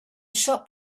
shop